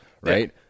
Right